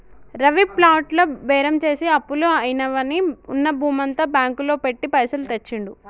రవి ప్లాట్ల బేరం చేసి అప్పులు అయినవని ఉన్న భూమంతా బ్యాంకు లో పెట్టి పైసలు తెచ్చిండు